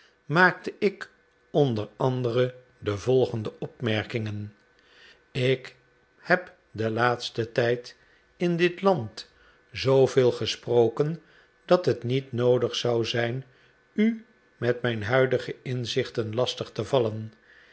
maakte ik onder andere de volgende opmerkingen ik heb den laatsten tijd in dit land zooveel gesproken dat net niet noodig zou zijn u met mijn huidige inzichten lastig te vallen